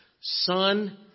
Son